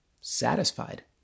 satisfied